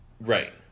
Right